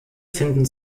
finden